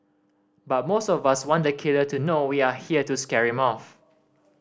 but most of us want the killer to know we are here to scare him off